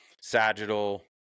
sagittal